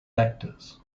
actors